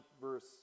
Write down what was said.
verse